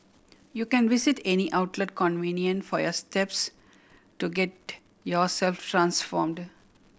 you can visit any outlet convenient for your steps to get yourself transformed